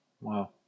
Wow